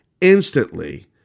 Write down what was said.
instantly